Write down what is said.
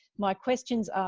my questions are,